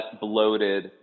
bloated